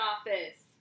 office